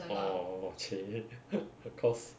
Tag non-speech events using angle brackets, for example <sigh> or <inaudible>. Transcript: orh !chey! <laughs> cause